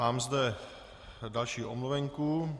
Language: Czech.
Mám zde další omluvenku.